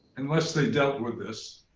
unless they dealt with this.